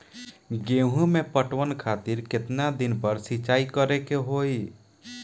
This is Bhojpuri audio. गेहूं में पटवन खातिर केतना दिन पर सिंचाई करें के होई?